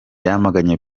yamaganye